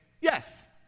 Yes